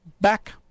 back